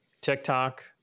tiktok